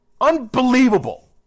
unbelievable